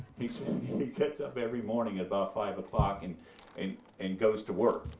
he gets up every morning at about five o'clock and and and goes to work.